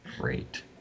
Great